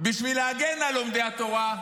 בשביל להגן על לומדי התורה,